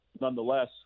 nonetheless